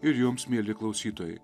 ir jums mieli klausytojai